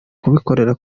kubikorera